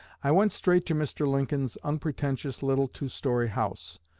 i went straight to mr. lincoln's unpretentious little two-story house.